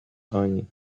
oni